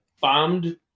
bombed